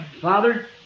father